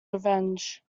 revenge